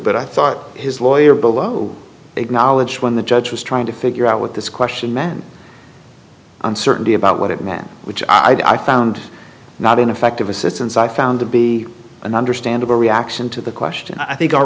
but i thought his lawyer below acknowledge when the judge was trying to figure out what this question meant uncertainty about what it meant which i found not ineffective assistance i found to be an understandable reaction to the question i think our